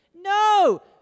No